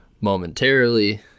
momentarily